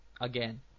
again